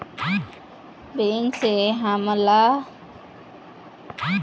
Bank से हमन ला सरकारी योजना के बारे मे कैसे पता चलही?